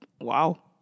wow